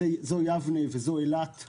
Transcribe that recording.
זוהי יבנה וזו אילת.